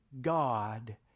God